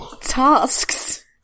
tasks